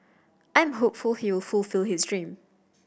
I'm hopeful he will fulfil his dream